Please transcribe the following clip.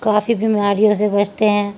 کافی بیماریوں سے بچتے ہیں